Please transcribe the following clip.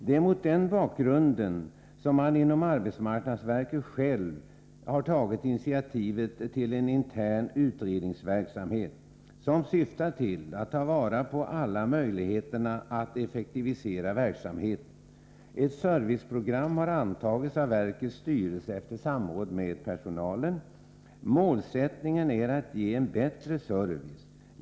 Det är mot den bakgrunden som man inom arbetsmarknadsverket självt har tagit initiativ till en intern utredningsverksamhet, som syftar till att ta vara på alla möjligheter att effektivisera verksamheten. Ett serviceprogram har antagits av verkets styrelse efter samråd med personalen. Målsättningen är att ge en bättre service.